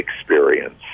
experience